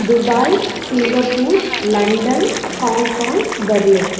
Dubai Singapore London Hong Kong Berlin